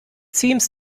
seems